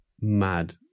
mad